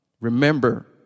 Remember